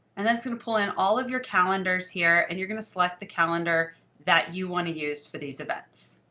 and that's in pulling all of your calendars here. and you're going to select the calendar that you want to use for these events.